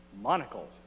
Monocle